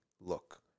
look